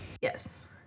Yes